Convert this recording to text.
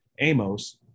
Amos